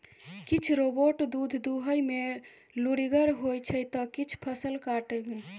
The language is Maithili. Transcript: किछ रोबोट दुध दुहय मे लुरिगर होइ छै त किछ फसल काटय मे